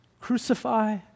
crucify